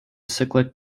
cyclic